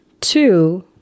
Two